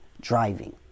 driving